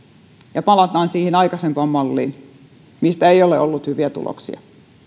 ja palataan siihen aikaisempaan malliin mistä ei ole ollut hyviä tuloksia